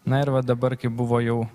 na ir va dabar kai buvo jau